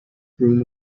broom